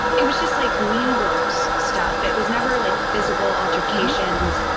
it was just like mean girls stuff. it was never like physical altercation.